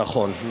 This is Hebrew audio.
נכון.